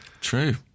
True